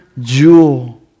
jewel